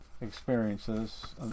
experiences